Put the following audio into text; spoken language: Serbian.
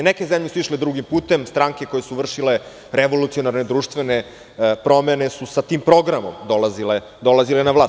Neke zemlje su išle drugim putem, stranke koje su vršile revolucionarne, društvene promene su sa tim programom dolazile na vlast.